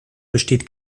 besteht